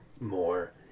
more